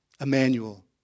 Emmanuel